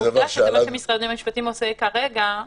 זה מה שמשרד המשפטים עושה כרגע.